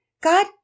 God